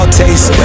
taste